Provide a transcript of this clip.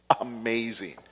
amazing